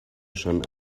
schon